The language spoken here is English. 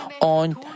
on